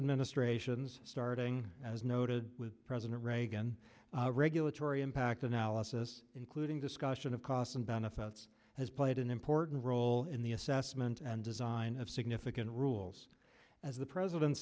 administrations starting as noted with president reagan regulatory impact analysis including discussion of costs and benefits has played an important role in the assessment and design of significant rules as the president